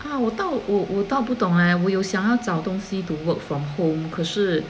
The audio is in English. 啊我到我我到不懂 leh 我有想要找东西 to work from home 可是